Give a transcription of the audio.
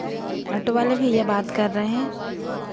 auto वाले भैया बात कर रहे हैं